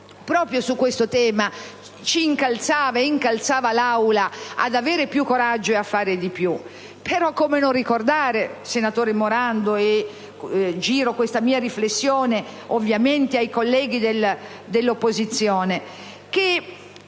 proprio su questo tema, ci incalzava, ed incalzava l'Aula, ad avere più coraggio e a fare di più. Come non ricordare, senatore Morando (giro ovviamente questa mia riflessione ai colleghi dell'opposizione), che